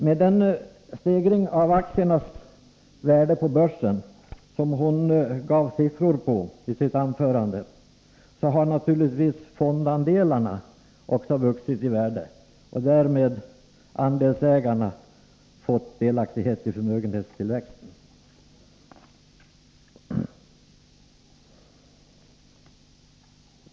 Med den stegring av aktiernas värde på börsen som hon gav siffror på i sitt anförande har naturligtvis fondandelarna också vuxit i värde och därmed andelsägarna fått delaktighet i förmögenhetstillväxten.